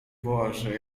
boże